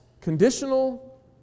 conditional